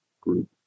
group